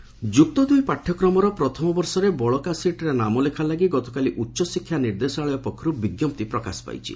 ଯୁକ୍ତ ତିନି ନାମଲେଖା ଯୁକ୍ତ ଦୁଇ ପାଠ୍ୟକ୍ରମର ପ୍ରଥମବର୍ଷରେ ବଳକା ସିଟ୍ରେ ନାମଲେଖା ଲାଗି ଗତକାଲି ଉଚଶିକ୍ଷା ନିର୍ଦ୍ଦେଶାଳୟ ପକ୍ଷରୁ ବିଙ୍କପ୍ତି ପ୍ରକାଶ ପାଇଛି